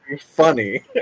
Funny